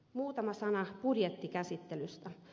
muutama sana budjettikäsittelystä